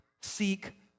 Seek